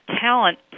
talent